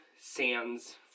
sands